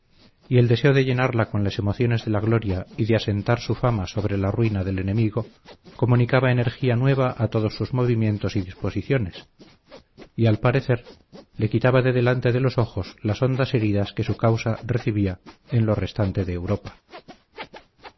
y el deseo de llenarla con las emociones de la gloria y de asentar su fama sobre la ruina del enemigo comunicaba energía nueva a todos sus movimientos y disposiciones y al parecer le quitaba de delante de los ojos las hondas heridas que su causa recibía en lo restante de europa